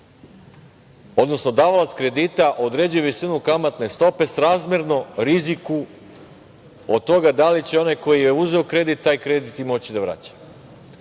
odnosno davalac kredita određuje visinu kamatne stope srazmerno riziku od toga da li će onaj koji je uzeo kredit taj kredit i moći da vraća